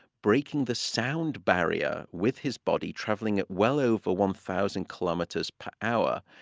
breaking the sound barrier with his body, traveling at well over one thousand kilometers per hour.